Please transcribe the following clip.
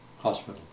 hospital